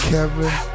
Kevin